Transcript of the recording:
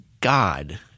god